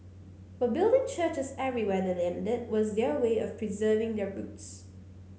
but building churches everywhere their landed was their way of preserving their roots